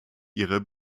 ihre